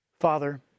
Father